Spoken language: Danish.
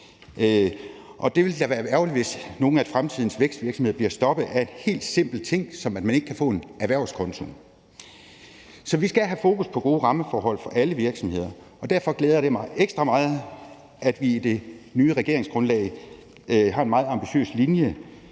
Og det ville da være ærgerligt, hvis nogle af fremtidens vækstvirksomheder bliver stoppet af en helt simpel ting, som at man ikke kan få en erhvervskonto. Så vi skal have fokus på gode rammeforhold for alle virksomheder, og derfor glæder det mig ekstra meget, at vi i det nye regeringsgrundlag har en meget ambitiøs linje